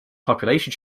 population